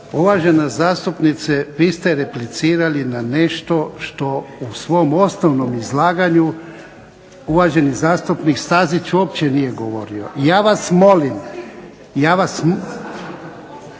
Uvažena zastupnice, vi ste replicirali na nešto što u svom osnovnom izlaganju uvaženi zastupnik Stazić uopće nije govorio. Ja vas molim, ja vas molim